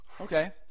Okay